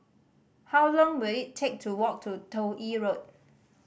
how long will it take to walk to Toh Yi Road